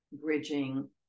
bridging